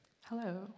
Hello